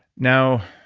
now,